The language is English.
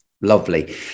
lovely